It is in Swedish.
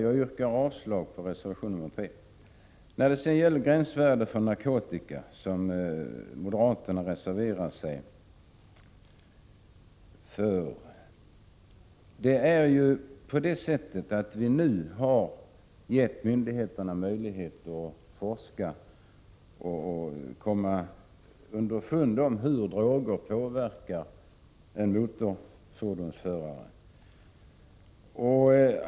Moderaterna har reserverat sig för ett gränsvärde för narkotika. Vi har genom den nya dispensregeln nu givit myndigheterna möjlighet att forska och komma underfund med hur droger påverkar en motorfordonsförare.